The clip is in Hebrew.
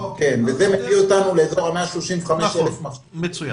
וזה מביא אותנו לאזור ה-135,000 מחשבים.